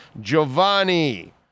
Giovanni